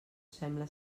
sembla